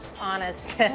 Honest